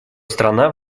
страна